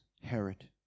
Herod